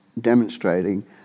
demonstrating